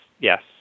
Yes